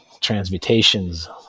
transmutations